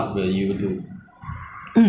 or home and check it whether is real or not